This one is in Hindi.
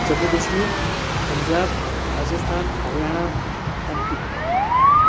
Jammu Kashmir Punjab Rajasthan Haryana M P